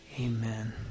Amen